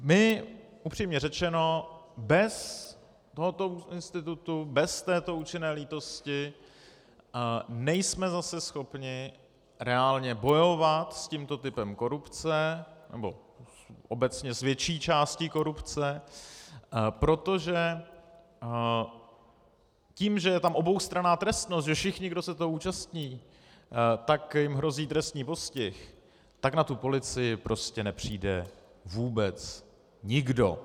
My, upřímně řečeno, bez tohoto institutu, bez této účinné lítosti, nejsme zase schopni reálně bojovat s tímto typem korupce, nebo obecně s větší částí korupce, protože tím, že je tam oboustranná trestnost, že všichni, kdo se toho účastní, tak jim hrozí trestní postih, tak na tu policii prostě nepřijde vůbec nikdo.